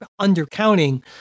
undercounting